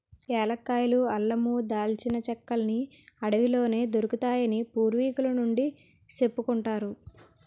ఏలక్కాయలు, అల్లమూ, దాల్చిన చెక్కలన్నీ అడవిలోనే దొరుకుతాయని పూర్వికుల నుండీ సెప్పుకుంటారు